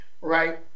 right